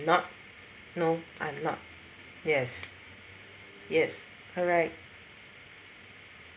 not no I'm not yes yes correct